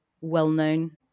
well-known